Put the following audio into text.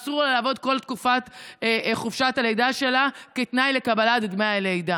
אסור לה לעבוד כל תקופת חופשת הלידה שלה כתנאי לקבלת דמי הלידה.